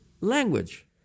language